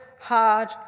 hard